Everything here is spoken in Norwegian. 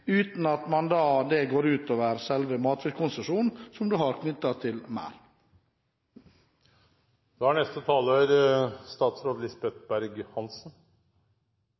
uten at det går utover selve matfiskkonsesjonen som du har knyttet til merder. Hvis det er